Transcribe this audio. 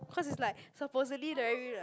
cause it's like supposedly